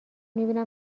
میبینیم